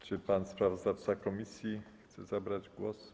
Czy pan sprawozdawca komisji chce zabrać głos?